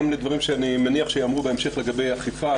לדברים שאני מניח שייאמרו בהמשך לגבי אכיפה,